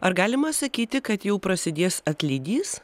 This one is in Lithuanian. ar galima sakyti kad jau prasidės atlydys